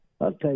Okay